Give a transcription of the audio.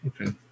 Okay